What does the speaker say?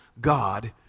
God